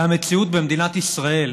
המציאות במדינת ישראל,